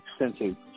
extensive